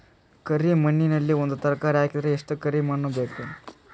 ಕರಿ ಮಣ್ಣಿನಲ್ಲಿ ಒಂದ ತರಕಾರಿ ಹಾಕಿದರ ಎಷ್ಟ ಕರಿ ಮಣ್ಣು ಬೇಕು?